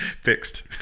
Fixed